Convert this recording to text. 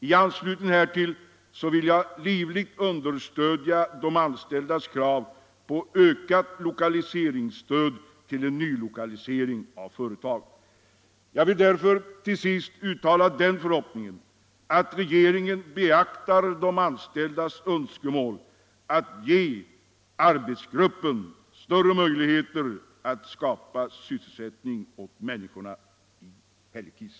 I anslutning härtill vill jag livligt understödja de anställdas krav på ökat lokaliseringsstöd till en nylokalisering av företag. Jag vill därför till sist uttala den förhoppningen att regeringen beaktar de anställdas önskemål att ge arbetsgruppen större möjligheter att skapa sysselsättning åt människorna i Hällekis.